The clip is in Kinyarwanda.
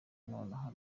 nonaha